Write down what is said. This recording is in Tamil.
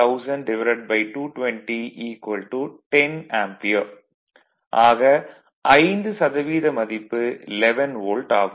21000220 10 ஆம்பியர் ஆக 5 சதவீத மதிப்பு 11 வோல்ட் ஆகும்